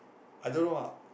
i don't know lah